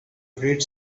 read